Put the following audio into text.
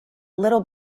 little